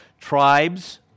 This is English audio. tribes